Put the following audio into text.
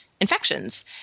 infections